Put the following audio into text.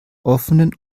offenen